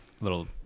little